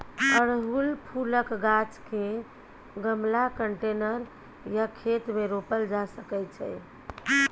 अड़हुल फुलक गाछ केँ गमला, कंटेनर या खेत मे रोपल जा सकै छै